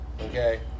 okay